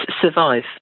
survive